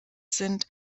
sind